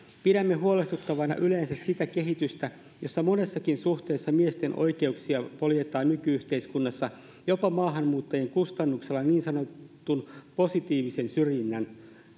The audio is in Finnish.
pidämme huolestuttavana yleensä sitä kehitystä jossa monessakin suhteessa miesten oikeuksia poljetaan nyky yhteiskunnassa jopa maahanmuuttajien kustannuksella niin sanotun positiivisen syrjinnän